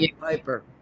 Piper